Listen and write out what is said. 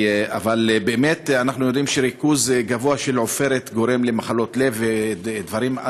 אבל באמת אנחנו יודעים שריכוז גבוה של עופרת גורם למחלות לב ולדברים.